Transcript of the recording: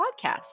podcast